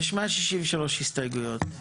יש 163 הסתייגויות.